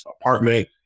apartment